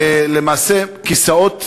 למעשה כיסאות,